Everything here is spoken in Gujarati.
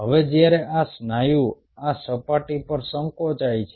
હવે જ્યારે આ સ્નાયુ આ સપાટી પર સંકોચાય છે